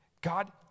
God